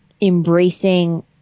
embracing